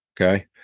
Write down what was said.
Okay